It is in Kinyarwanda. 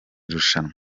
rushanwa